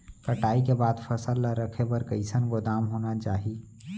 कटाई के बाद फसल ला रखे बर कईसन गोदाम होना चाही?